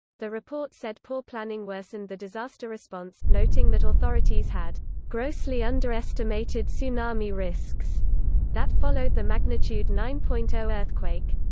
the report said poor planning worsened the disaster response, noting that authorities had grossly underestimated tsunami risks that followed the magnitude nine point zero earthquake.